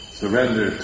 surrender